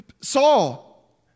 Saul